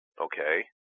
okay